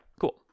Cool